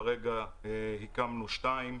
כרגע הקמנו שתיים,